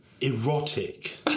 erotic